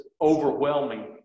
overwhelming